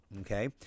okay